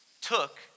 took